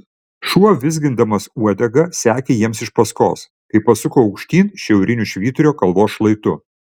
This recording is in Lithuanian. šuo vizgindamas uodega sekė jiems iš paskos kai pasuko aukštyn šiauriniu švyturio kalvos šlaitu